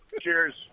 Cheers